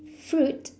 fruit